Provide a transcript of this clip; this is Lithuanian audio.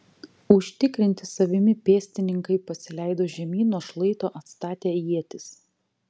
užtikrinti savimi pėstininkai pasileido žemyn nuo šlaito atstatę ietis